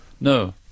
No